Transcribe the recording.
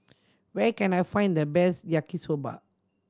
where can I find the best Yaki Soba